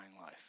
life